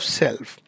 self